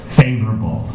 favorable